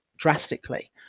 Drastically